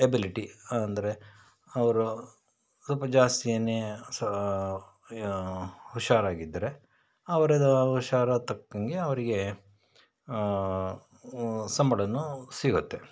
ability ಅಂದರೆ ಅವರು ಸ್ವಲ್ಪ ಜಾಸ್ತಿನೇ ಸ್ ಹುಷಾರಾಗಿದ್ದರೆ ಅವ್ರದ್ದು ಹುಷಾರಿಗ್ ತಕ್ಕಂಗೆ ಅವ್ರಿಗೆ ಸಂಬಳನೂ ಸಿಗುತ್ತೆ